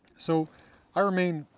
so i remain